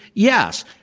yes.